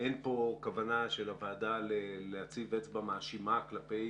שאין כאן כוונה של הוועדה להציב אצבע מאשימה כלפי